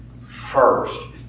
first